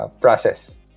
process